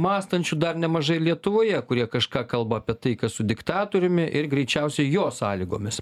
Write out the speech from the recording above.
mąstančių dar nemažai ir lietuvoje kurie kažką kalba apie taiką su diktatoriumi ir greičiausiai jo sąlygomis